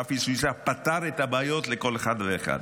רפי סויסה פתר את הבעיות לכל אחד ואחד.